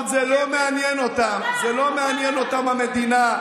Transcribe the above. לא מעניינת אותם המדינה.